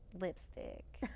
lipstick